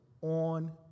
on